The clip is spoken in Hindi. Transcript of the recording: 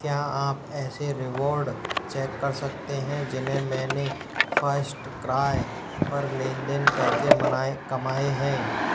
क्या आप ऐसे रिवॉर्ड चेक कर सकते हैं जिन्हें मैंने फर्स्टक्राय पर लेन देन कर के मनाए कमाए हैं